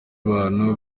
abantu